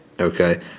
okay